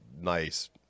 nice